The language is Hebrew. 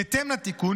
בהתאם לתיקון,